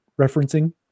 referencing